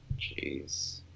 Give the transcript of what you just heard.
Jeez